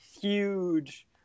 huge